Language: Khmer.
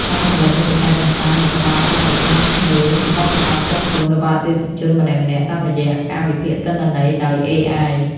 ការផលិតមាតិកាកម្សាន្តនឹងផ្តោតកាន់តែខ្លាំងលើ "បទពិសោធន៍ផ្ទាល់ខ្លួន" របស់អតិថិជនម្នាក់ៗតាមរយៈការវិភាគទិន្នន័យដោយ AI។